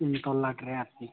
ᱛᱚᱞᱞᱟᱴᱨᱮ ᱟᱨᱠᱤ